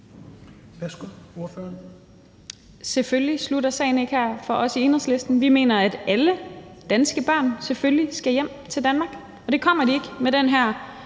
Selvfølgelig slutter sagen ikke her for os i Enhedslisten. Vi mener, at alle danske børn selvfølgelig skal hjem til Danmark, og det kommer de ikke med den her